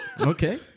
Okay